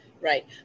right